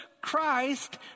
Christ